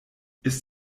ist